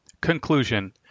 Conclusion